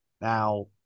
Now